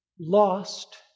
lost